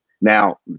now